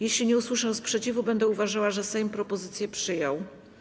Jeśli nie usłyszę sprzeciwu, będę uważała, że Sejm propozycję przyjął.